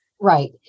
Right